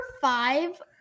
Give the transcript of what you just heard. five